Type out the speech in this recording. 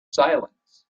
silence